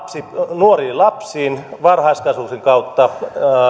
nuoriin lapsiin varhaiskasvatuksen kautta